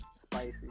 Spicy